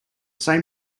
same